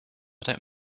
don’t